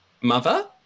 Mother